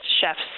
chefs